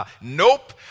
Nope